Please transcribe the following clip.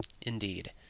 Indeed